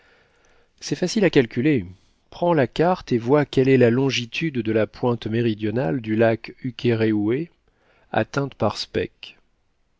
c'est facile à calculer prends la carte et vois quelle est la longitude de la pointe méridionale du lac ukéréoué atteinte par speke